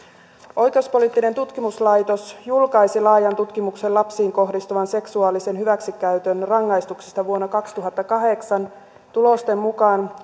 oikeuspoliittinen tutkimuslaitos julkaisi laajan tutkimuksen lapsiin kohdistuvan seksuaalisen hyväksikäytön rangaistuksista vuonna kaksituhattakahdeksan tulosten mukaan